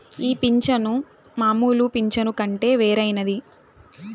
ఈ పింఛను మామూలు పింఛను కంటే వేరైనది